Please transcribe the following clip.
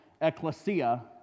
ecclesia